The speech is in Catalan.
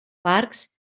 parcs